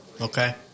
Okay